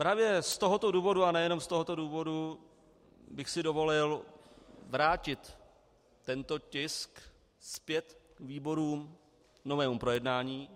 Právě z tohoto důvodu, a nejen z tohoto důvodu, bych si dovolil vrátit tento tisk zpět výborům k novému projednání.